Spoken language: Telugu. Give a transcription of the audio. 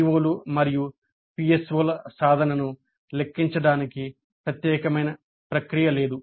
పిఒలు మరియు పిఎస్ఓల సాధనను లెక్కించడానికి ప్రత్యేకమైన ప్రక్రియ లేదు